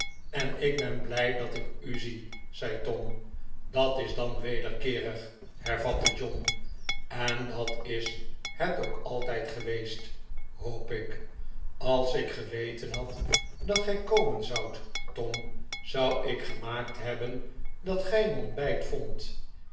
en ik ben blij dat ik u zie zei tom dat is dan wederkeerig hervatte john en dat is het ook altijd geweest hoop ik als ik geweten had dat gij komen zoudt tom zou ik gemaakt hebben dat gij een ontbijt vondt